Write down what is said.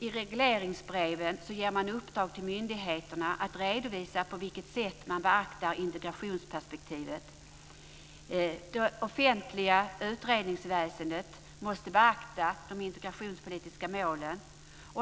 I regleringsbreven ger man i uppdrag åt myndigheterna att redovisa på vilket sätt de beaktar integrationsperspektivet. Det offentliga utredningsväsendet måste beakta de integrationspolitiska målen.